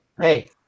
Hey